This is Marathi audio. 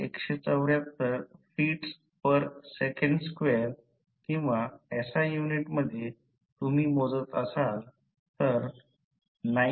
174 fts2 किंवा SI युनिटमध्ये तुम्ही मोजत असाल तर 9